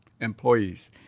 employees